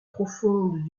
profondes